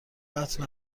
قطع